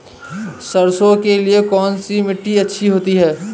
सरसो के लिए कौन सी मिट्टी अच्छी होती है?